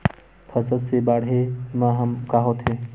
फसल से बाढ़े म का होथे?